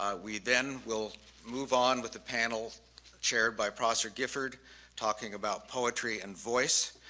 ah we then will move on with the panel chaired by prosser gifford talking about poetry and voice.